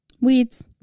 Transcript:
Weeds